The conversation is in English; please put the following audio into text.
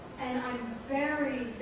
and i'm very,